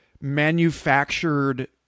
manufactured